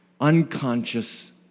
unconscious